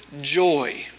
joy